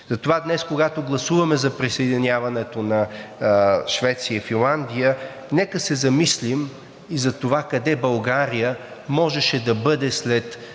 Затова днес, когато гласуваме за присъединяването на Швеция и Финландия, нека да се замислим за това къде България можеше да бъде след